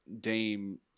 Dame